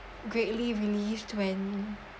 greatly relieved when